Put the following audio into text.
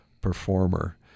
performer